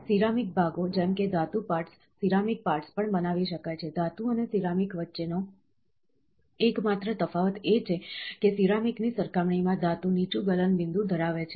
ceramic ભાગો જેમ કે ધાતુ પાર્ટ્સ સિરામિક પાર્ટ્સ પણ બનાવી શકાય છે ધાતુ અને સિરામિક વચ્ચેનો એકમાત્ર તફાવત એ છે કે સિરામિકની સરખામણીમાં ધાતુ નીચું ગલનબિંદુ ધરાવે છે